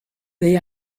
they